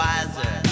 Wiser